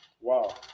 Wow